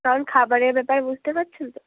কারণ খাবারের ব্যাপার বুঝতে পারছেন তো